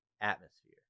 atmosphere